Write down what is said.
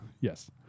Yes